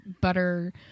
butter